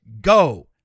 go